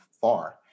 far